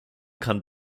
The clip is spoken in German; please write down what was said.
kann